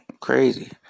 crazy